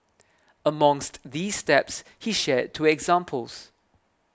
amongst these steps he shared two examples